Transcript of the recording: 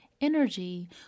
energy